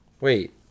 Wait